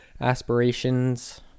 aspirations